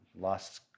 lost